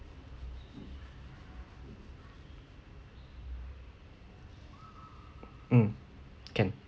mm can